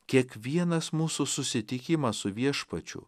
kiekvienas mūsų susitikimas su viešpačiu